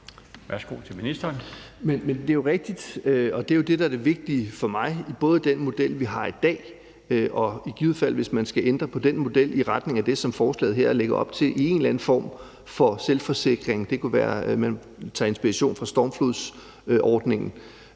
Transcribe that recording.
(Jacob Jensen): Det er jo rigtigt, og det er det, der er det vigtige for mig i både den model, vi har i dag, og i givet fald, hvis man skal ændre på den model i retning af det, som forslaget her lægger op til, altså en eller anden form for selvforsikring; det kunne være, at man tager inspiration fra stormflodsordningen.